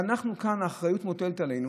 ואנחנו כאן, האחריות מוטלת עלינו